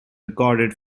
recorded